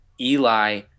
Eli